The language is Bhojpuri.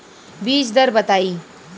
बीज दर बताई?